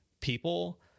people